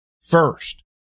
first